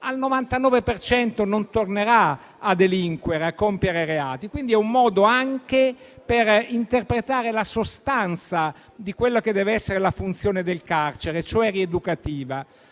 cento non tornerà a delinquere e a compiere reati. Quindi, è un modo anche per interpretare la sostanza di quella che deve essere la funzione del carcere, cioè rieducativa.